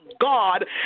God